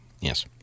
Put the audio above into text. Yes